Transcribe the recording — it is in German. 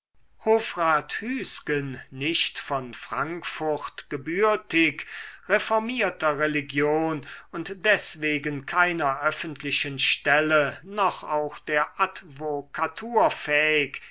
hofrat hüsgen nicht von frankfurt gebürtig reformierter religion und deswegen keiner öffentlichen stelle noch auch der advokatur fähig